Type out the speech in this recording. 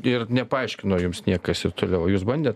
ir nepaaiškino jums niekas ir toliau jus bandė